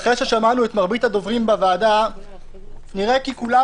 אחרי ששמענו את מרבית הדוברים בוועדה נראה כי כולם